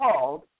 called